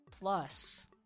plus